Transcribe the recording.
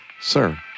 sir